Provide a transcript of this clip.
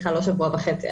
לא שבוע וחצי אחריו.